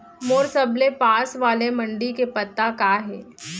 मोर सबले पास वाले मण्डी के पता का हे?